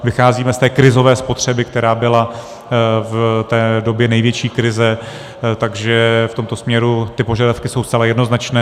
Vycházíme z té krizové spotřeby, která byla v době největší krize, takže v tomto směru ty požadavky jsou zcela jednoznačné.